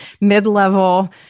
mid-level